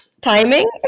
timing